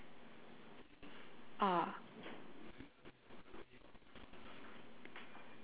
uh